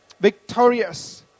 victorious